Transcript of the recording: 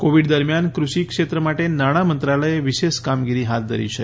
Covid દરમિયાન કૃષિ ક્ષેત્ર માટે નાણાં મંત્રાલયે વિશેષ કામગીરી હાથ ધરી છે